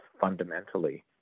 fundamentally